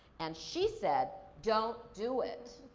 and she said, don't do it.